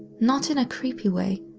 not in a creepy way,